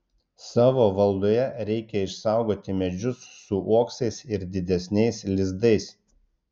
savo valdoje reikia išsaugoti medžius su uoksais ir didesniais lizdais